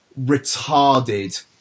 retarded